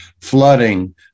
flooding